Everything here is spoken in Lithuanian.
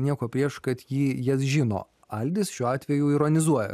nieko prieš kad ji jas žino aldis šiuo atveju ironizuoja